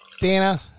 Dana